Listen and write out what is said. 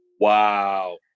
Wow